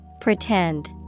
Pretend